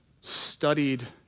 studied